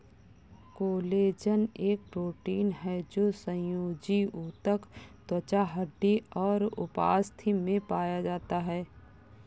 collagen एक protein है जो संयोजी ऊतक, त्वचा, हड्डी और उपास्थि में पाया जाता है